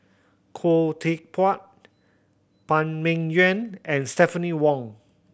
Khoo Teck Puat Phan Ming Yuan and Stephanie Wong